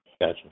Gotcha